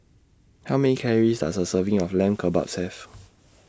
How Many Calories Does A Serving of Lamb Kebabs Have